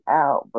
out